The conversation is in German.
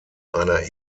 einer